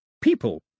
people